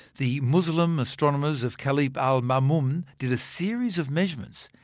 the muslim astronomers of calip al-ma'mun did a series of measurements,